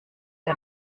der